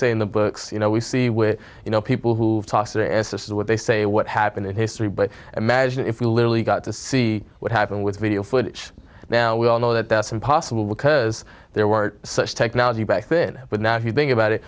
say in the books you know we see with you know people who toss it as this is what they say what happened in history but imagine if we literally got to see what happened with video footage now we all know that that's impossible because there were such technology back then but now if you think about it